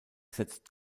setzt